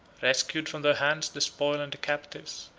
rescued from their hands the spoil and the captives,